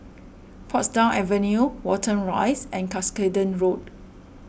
Portsdown Avenue Watten Rise and Cuscaden Road